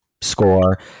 score